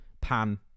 pan